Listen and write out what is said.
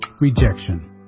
Rejection